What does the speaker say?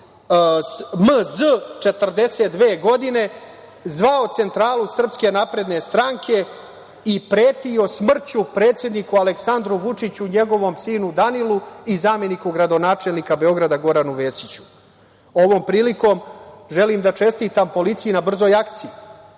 M.Z, 42 godine, zvao centralnu SNS i pretio smrću predsedniku Aleksandru Vučiću i njegovom sinu Danilu i zameniku gradonačelnika Beograda Goranu Vesiću. Ovom prilikom želim da čestitam policiji na brzoj akciji.